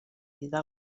vida